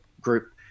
group